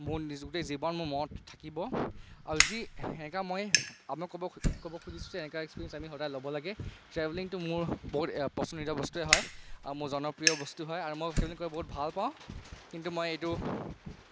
মোৰ গোটেই জীৱন মোৰ মনত থাকিব আৰু যি তেনেকুৱা মই আপোনাক ক'ব খু ক'ব খুজিছো যে তেনেকুৱা এক্সপিৰিয়েঞ্চ আমি সদায় ল'ব লাগে ট্ৰেভেলিঙটো মোৰ বহুত পছন্দিদা বস্তুৱে হয় আৰু মোৰ জনপ্ৰিয় বস্তু হয় আৰু মই ট্ৰেভেলিং কৰি বহুত ভাল পাওঁ কিন্তু মই এইটো